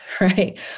right